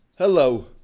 Hello